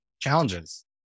challenges